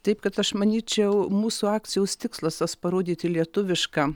taip kad aš manyčiau mūsų akcijos tikslas tas parodyti lietuvišką